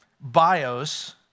bios